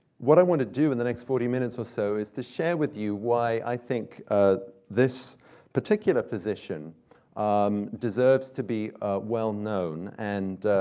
what i want to do in the next forty minutes or so is to share, with you, why i think ah this particular physician um deserves to be well known. and